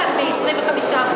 ביותר מ-25%,